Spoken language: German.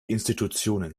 institutionen